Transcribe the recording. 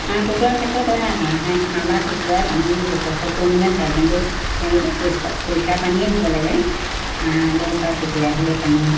হাঁহ কুকুৰাৰ ক্ষেত্ৰত হাঁহে হাঁহ বা কুকুৰাই পানী যথেষ্ট পৰিমাণে খায় কিন্তু তেওঁলোকক পৰিষ্কাৰ পৰিষ্কাৰ পানীয়ে দিব লাগে হাঁহ হ'লেও বা কুকুৰাই হ'লেও পানী